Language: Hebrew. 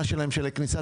נשלם.